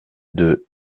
deux